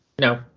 No